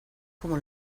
como